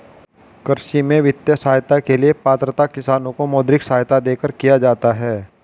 कृषि में वित्तीय सहायता के लिए पात्रता किसानों को मौद्रिक सहायता देकर किया जाता है